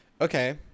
Okay